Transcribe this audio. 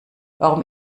warum